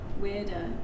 weirder